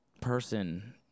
person